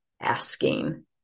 asking